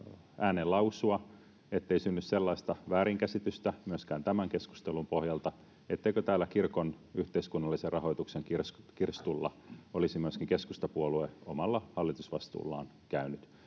ääneen lausua, ettei synny sellaista väärinkäsitystä myöskään tämän keskustelun pohjalta, etteikö täällä kirkon yhteiskunnallisen rahoituksen kirstulla olisi myöskin keskustapuolue omalla hallitusvastuullaan käynyt.